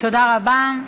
תודה רבה.